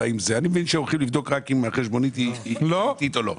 אבל אני מבין שהולכים לבדוק רק אם החשבונית היא פיקטיבית או לא.